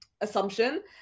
assumption